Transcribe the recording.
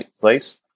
place